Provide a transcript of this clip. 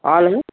hello